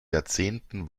jahrzehnten